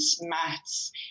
maths